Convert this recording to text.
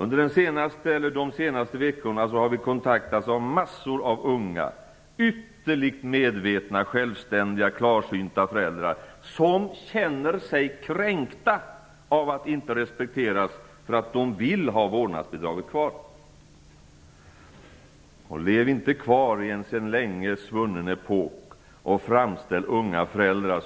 Under de senaste veckorna har vi kontaktats av massor av unga ytterligt medvetna, självständiga och klarsynta föräldrar som känner sig kränkta av att inte respekteras för att de vill ha vårdnadsbidraget kvar. Lev inte kvar i en sedan länge svunnen epok och framställ unga föräldrar,